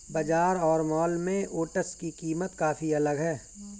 बाजार और मॉल में ओट्स की कीमत काफी अलग है